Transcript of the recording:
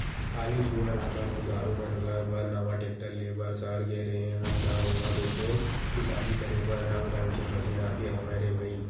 काली जुवर हमन बुधारु मन घर बर नवा टेक्टर ले बर सहर गे रेहे हन ता उहां देखेन किसानी करे बर रंग रंग के मसीन आगे हवय रे भई